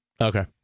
Okay